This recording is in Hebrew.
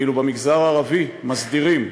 במגזר הערבי מסדירים,